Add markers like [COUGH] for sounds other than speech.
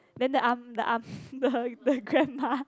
then the arm the arm [LAUGHS] the the grandma